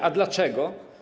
A dlaczego?